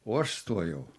o aš stojau